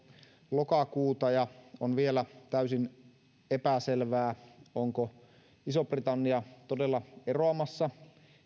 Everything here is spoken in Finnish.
lokakuuta ja on vielä täysin epäselvää onko iso britannia todella eroamassa